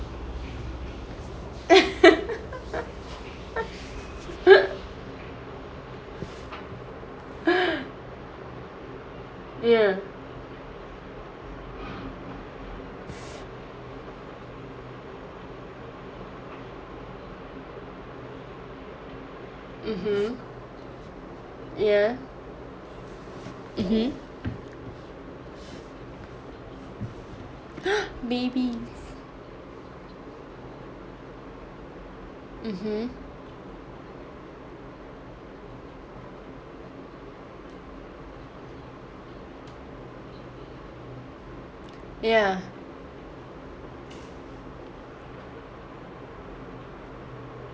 yeah mmhmm yeah mmhmm baby mmhmm ya